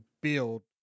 build